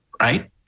right